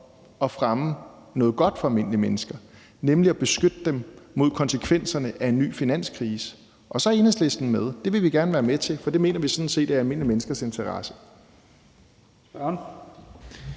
at fremme noget godt for almindelige mennesker, nemlig at beskytte dem mod konsekvenserne af en ny finanskrise. Så er Enhedslisten med. Det vil vi gerne være med til, for det mener vi sådan set er i almindelige menneskers interesse.